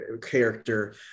character